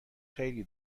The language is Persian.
خیلی